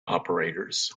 operators